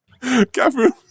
Catherine